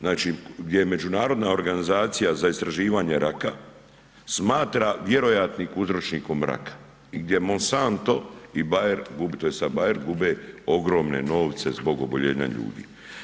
Znači, gdje je Međunarodna organizacija za istraživanje raka smatra vjerojatnik uzročnikom raka i gdje Mosanto i Bayer gube, to je sad Bayer, gube ogromne novce zbog oboljenja ljudi.